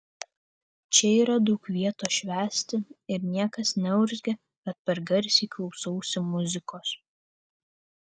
čia yra daug vietos švęsti ir niekas neurzgia kad per garsiai klausausi muzikos